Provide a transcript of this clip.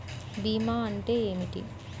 భీమా అంటే ఏమిటి?